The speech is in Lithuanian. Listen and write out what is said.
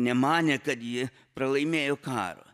nemanė kad ji pralaimėjo karą